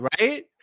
Right